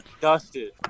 dusted